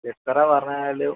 എത്ര പറഞ്ഞാലും